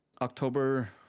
October